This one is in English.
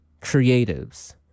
Creatives